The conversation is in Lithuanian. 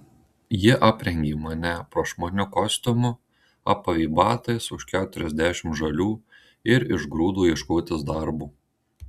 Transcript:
ji aprengė mane prašmatniu kostiumu apavė batais už keturiasdešimt žalių ir išgrūdo ieškotis darbo